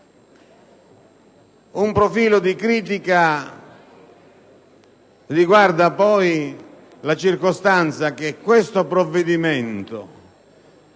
Un profilo di critica riguarda poi la circostanza che il provvedimento